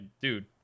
dude